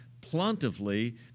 plentifully